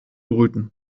brüten